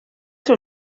seu